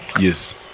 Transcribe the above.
Yes